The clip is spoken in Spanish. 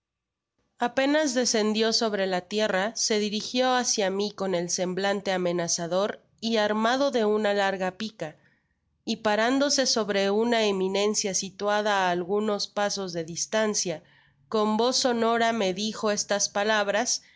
apenas descendió sobre la tierra se dirigio kácia mi con el semblante amenazador y armado de una larga pica y parándose sobre una eminencia situada á algunos pasos de distancia con voz sonora me dijo estas palabras